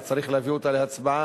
צריך להביא אותה להצבעה,